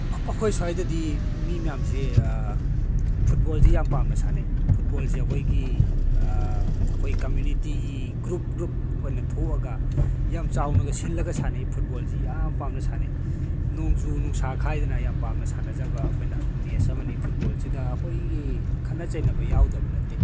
ꯑꯩꯈꯣꯏ ꯁ꯭ꯋꯥꯏꯗꯗꯤ ꯃꯤ ꯃꯌꯥꯝꯁꯦ ꯐꯨꯠꯕꯣꯜꯁꯦ ꯌꯥꯝ ꯄꯥꯝꯅ ꯁꯥꯟꯅꯩ ꯐꯨꯠꯕꯣꯜꯁꯦ ꯑꯩꯈꯣꯏꯒꯤ ꯑꯩꯈꯣꯏ ꯀꯝꯃꯨꯅꯤꯇꯤ ꯒ꯭ꯔꯨꯞ ꯒ꯭ꯔꯨꯞ ꯑꯣꯏꯅ ꯊꯣꯛꯑꯒ ꯌꯥꯝ ꯆꯥꯎꯅꯒ ꯁꯤꯜꯂꯒ ꯁꯥꯟꯅꯩ ꯐꯨꯠꯕꯣꯜꯁꯦ ꯌꯥꯝ ꯄꯥꯝꯅ ꯁꯥꯟꯅꯩ ꯅꯣꯡꯖꯨ ꯅꯨꯡꯁꯥ ꯈꯥꯏꯗꯅ ꯌꯥꯝ ꯄꯥꯝꯅ ꯁꯥꯟꯅꯖꯕ ꯑꯩꯈꯣꯏꯅ ꯃꯦꯠꯁ ꯑꯃꯅꯤ ꯐꯨꯠꯕꯣꯜꯁꯤꯗ ꯑꯩꯈꯣꯏꯒꯤ ꯈꯠꯅ ꯆꯩꯅꯕ ꯌꯥꯎꯗꯕ ꯅꯠꯇꯦ